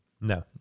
No